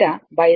కు సమానం